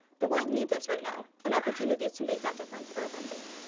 the world needs us right now, and opportunities to make that difference are abundant.